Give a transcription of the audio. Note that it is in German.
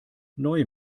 neue